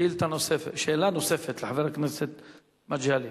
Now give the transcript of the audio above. שאלה נוספת לחבר הכנסת מגלי.